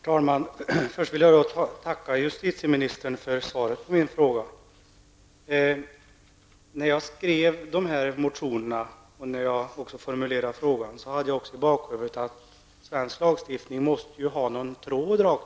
Herr talman! Först vill jag tacka justitieministern för svaret på min fråga. När jag skrev dessa motioner och också när jag formulerade denna fråga, hade jag i bakhuvudet att svensk lagstiftning ju måste ha en röd tråd.